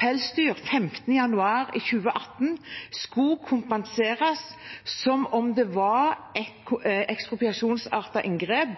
pelsdyr 15. januar i 2018, skulle kompenseres som om det var et ekspropriasjonsartet inngrep.